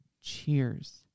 Cheers